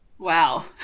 Wow